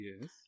Yes